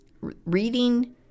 reading